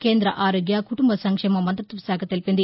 కేంద్ర ఆరోగ్య కుటుంబ సంక్షేమ మంతిత్వశాఖ తెలిపింది